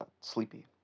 sleepy